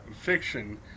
fiction